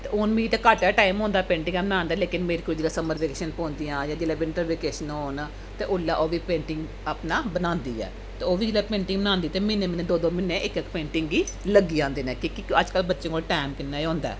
ते हून मी ते घट्ट गै टाइम होंदा पेंटिंगां बनान दा लेकन मेरी कुड़ी गी जिल्लै समर बकेशन पौंदियां जां जिल्लै बिंटर बकेशन होन ते ओल्लै ओह् बी पेंटिंग अपना बनांदी ऐ ते ओह् बी जिल्लै पेंटिंग बनांदी ते म्हीने म्हीने दो दो म्हीने इक इक पेंटिंग गी लग्गी जंदे न कि के अजकल्ल बच्चें कोल टैम कि'न्ना गै होंदा ऐ